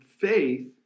faith